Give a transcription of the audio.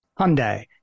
Hyundai